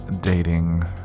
dating